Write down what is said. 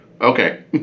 Okay